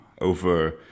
over